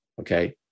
okay